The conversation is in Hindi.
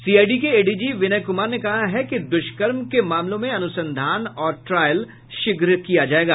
सीआईडी के एडीजी विनय कुमार ने कहा है कि दुष्कर्म के मामलों में अनुसंधान और ट्रायल शीघ्र होगा